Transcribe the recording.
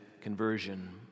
conversion